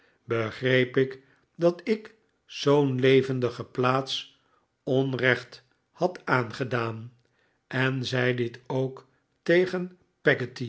begreep ik dat ik zoo'n levendige plaats onrecht had aangedaan en zei dit ook tegen